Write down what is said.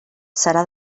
serà